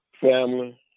family